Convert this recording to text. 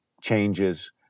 changes